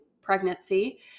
pregnancy